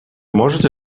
можете